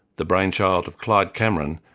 the brainchild of clyde cameron,